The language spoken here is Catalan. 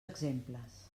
exemples